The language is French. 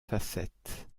facettes